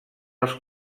als